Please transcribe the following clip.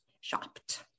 shopped